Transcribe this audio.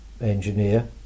engineer